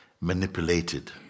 manipulated